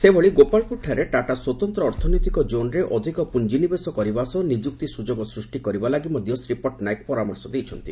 ସେହିଭଳି ଗୋପାଳପୁରଠାରେ ଟାଟା ସ୍ୱତନ୍ତ ଅର୍ଥନୈତିକ ଜୋନ୍ରେ ଅଧିକ ପୁଞ୍ଞି ନିବେଶ କରିବା ସହ ନିଯୁକ୍ତି ସ୍ୱଯୋଗ ସୃଷ୍ ି କରିବା ଲାଗି ମଧ ଶ୍ରୀ ପଟ୍ଟନାୟକ ପ୍ରସ୍ତାବ ଦେଇଛନ୍ତି